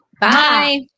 Bye